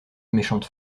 méchante